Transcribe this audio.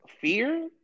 fear